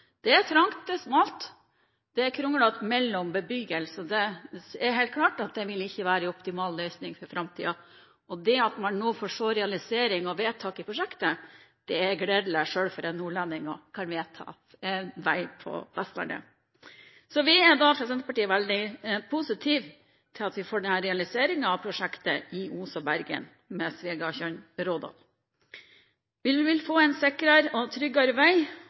Det er trangt, det er smalt, det er kronglete gjennom bebyggelsen. Det er helt klart at det ikke vil være en optimal løsning for framtiden. Når man nå foreslår realisering av prosjektet, er det gledelig selv for en nordlending å kunne være med og vedta vei på Vestlandet! Vi er fra Senterpartiet veldig positive til at vi får denne realiseringen av prosjektet Os–Bergen mellom Svegatjørn og Rådal. Vi vil få en sikrere og tryggere vei,